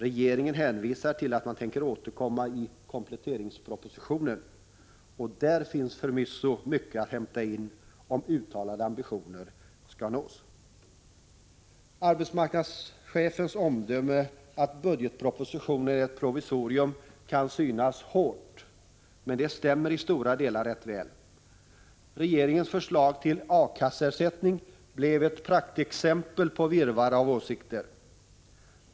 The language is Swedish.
Regeringen hänvisar till att man tänker återkomma till saken i kompletteringspropositionen. Därvidlag finns det förvisso mycket att hämta in, om uttalade ambitioner skall kunna uppnås. AMS-chefens omdöme att budgetpropositionen är ett provisorium kan synas hårt, men det stämmer i stora delar rätt väl. Regeringens förslag till A-kasseersättning blev ett praktexempel på virrvarret av åsikter.